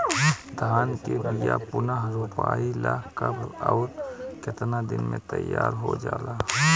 धान के बिया पुनः रोपाई ला कब और केतना दिन में तैयार होजाला?